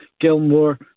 Gilmore